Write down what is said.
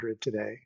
today